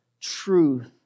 truth